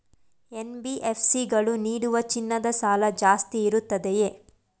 NBFC ಗಳು ನೀಡುವ ಚಿನ್ನದ ಸಾಲ ಜಾಸ್ತಿ ಇರುತ್ತದೆಯೇ?